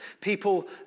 People